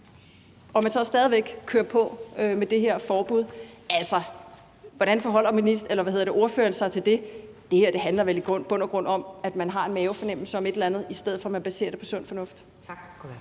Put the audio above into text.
og man så stadig væk kører på med det her forbud, hvordan forholder ordføreren sig så til det? Det her handler vel i bund og grund om, at man har en mavefornemmelse for et eller andet, i stedet for at man baserer det på sund fornuft.